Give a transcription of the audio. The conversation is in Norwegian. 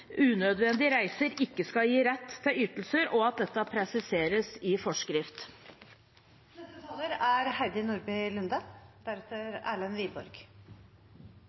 unødvendige reiser ikke skal gi rett til ytelser, og at dette presiseres i